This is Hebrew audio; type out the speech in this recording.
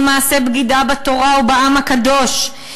היא מעשה בגידה בתורה ובעם הקדוש,